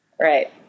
Right